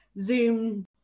Zoom